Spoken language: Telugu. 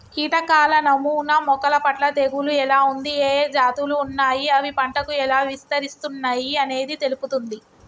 కీటకాల నమూనా మొక్కలపట్ల తెగులు ఎలా ఉంది, ఏఏ జాతులు ఉన్నాయి, అవి పంటకు ఎలా విస్తరిస్తున్నయి అనేది తెలుపుతుంది